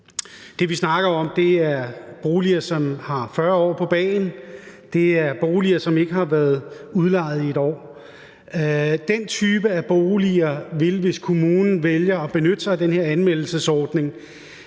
Det, vi snakker om, er boliger, som har 40 år på bagen. Det er boliger, som ikke har været udlejet inden for det seneste år. Den type af boliger vil man, hvis kommunen vælger at benytte sig af den her anmeldelsesordning,